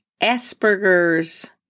Asperger's